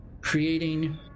creating